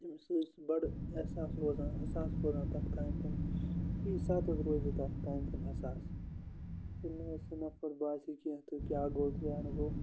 تٔمِس سہ حظ بَڑٕ احساس روزان حساس روزان تَتھ کامہِ کُن فی ساتہٕ حظ روزِ تَتھ کامہِ کُن حساس ییٚلہِ نہٕ ٲس سُہ نَفر باسے کیٚنٛہہ تہٕ کیٛاہ گوٚو تہٕ کیٛاہ نہٕ گوٚو